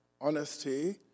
honesty